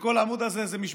וכל העמוד הזה זה משבצות,